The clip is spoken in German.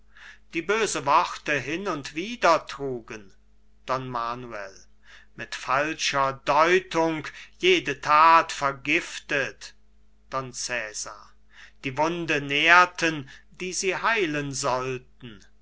die böse worte hin und wieder trugen don manuel mit falscher deutung jede that vergiftet don cesar die wunde nährten die sie heilen sollten